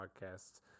podcasts